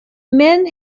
men